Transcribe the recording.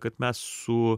kad mes su